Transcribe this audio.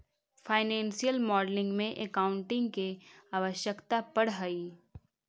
financial modelling में accounting के आवश्यकता पड़ऽ हई